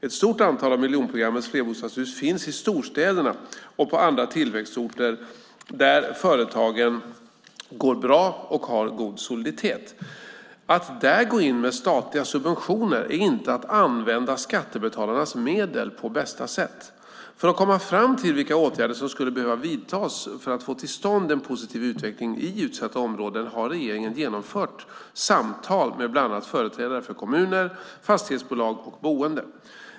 Ett stort antal av miljonprogrammets flerbostadshus finns i storstäderna och på andra tillväxtorter där företagen går bra och har god soliditet. Att där gå in med statliga subventioner är inte att använda skattebetalarnas medel på bästa sätt. För att komma fram till vilka åtgärder som skulle behöva vidtas för att få till stånd en positiv utveckling i utsatta områden har regeringen genomfört samtal med bland annat företrädare för kommuner, fastighetsbolag och boende.